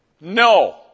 no